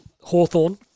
Hawthorne